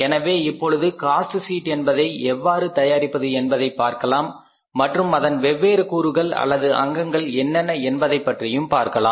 எனவே இப்பொழுது cost sheet என்பதை எவ்வாறு தயாரிப்பது என்பதை பார்க்கலாம் மற்றும் அதன் வெவ்வேறு கூறுகள் அல்லது அங்கங்கள் என்னென்ன என்பதை பற்றியும் பார்க்கலாம்